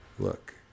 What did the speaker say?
look